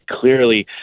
clearly